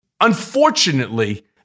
unfortunately